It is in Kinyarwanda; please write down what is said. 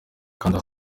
kanda